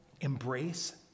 embrace